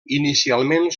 inicialment